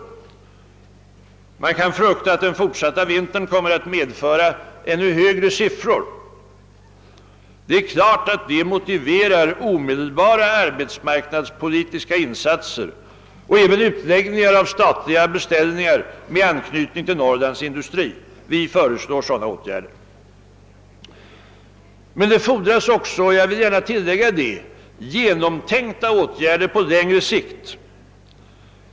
Man kan frukta att den fortsatta vintern kommer att medföra ännu högre siffror. Det är klart att detta motiverar omedelbara arbetsmarknadspolitiska insatser och även utläggningar av statliga beställningar med anknytning till Norrlands industri. Vi föreslår sådana åtgärder. Det fordras emellertid också — jag vill gärna tillägga det — genomtänkta åtgärder på längre sikt.